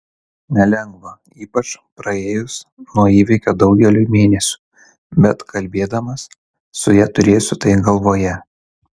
nelengva ypač praėjus nuo įvykio daugeliui mėnesių bet kalbėdamas su ja turėsiu tai galvoje